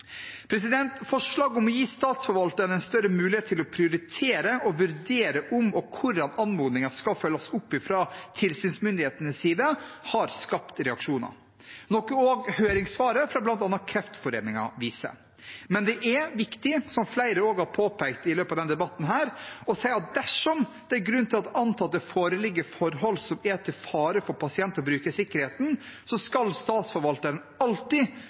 om å gi statsforvalterne større mulighet til å prioritere og vurdere om og hvordan anmodninger skal følges opp fra tilsynsmyndighetenes side, har skapt reaksjoner, noe også høringssvaret fra bl.a. Kreftforeningen viser. Men det er viktig, som flere også har påpekt i løpet av denne debatten, å si at dersom det er grunn til å anta at det foreligger forhold som er til fare for pasient- og brukersikkerheten, skal Statsforvalteren alltid